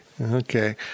Okay